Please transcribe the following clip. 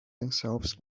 themselves